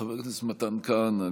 חבר הכנסת מתן כהנא,